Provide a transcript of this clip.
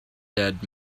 dead